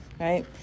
right